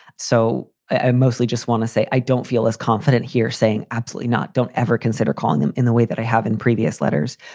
so i mostly just want to say i don't feel as confident here saying absolutely not. don't ever consider calling them in the way that i have in previous letters.